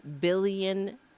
billion